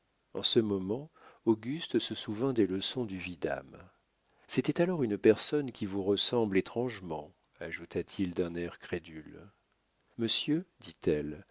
en ce moment auguste se souvint des leçons du vidame c'était alors une personne qui vous ressemble étrangement ajouta-t-il d'un air crédule monsieur dit-elle